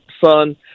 son